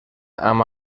amb